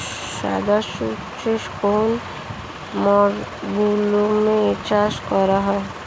সাদা সর্ষে কোন মরশুমে চাষ করা হয়?